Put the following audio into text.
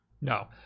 No